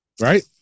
Right